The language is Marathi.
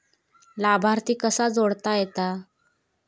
लाभार्थी कसा जोडता येता?